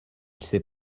s’est